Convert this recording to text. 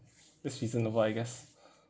that's reasonable I guess